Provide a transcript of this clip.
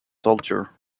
soldier